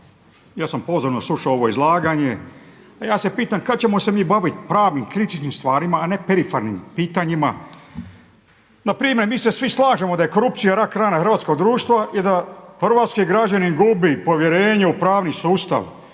Ja sam pozorno slušao ovo izlaganje. Ja se pitam kad ćemo se mi baviti pravnim, kritičnim stvarima, a ne perifernim pitanjima npr. mi se svi slažemo da je korupcija rak rana hrvatskog društva i da hrvatski građanin gubi povjerenje u pravni sustav.